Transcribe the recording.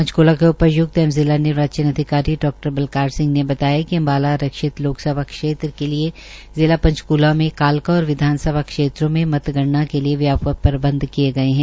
पंचक्ला के उपाय्क्त एवं जिला निर्वाचन अधिकारी डा बलकार सिंह ने बताया कि अम्बाला आरक्षित लोकसभा क्षेत्र के लिये जिला पंचकला में कालका क्षेत्र और विधानसभा क्षेत्रों में मतगणना के लिये व्यापक प्रबंध किये गये है